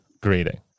greeting